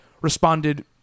responded